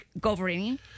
governing